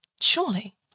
Surely